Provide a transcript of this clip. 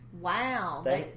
Wow